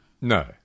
No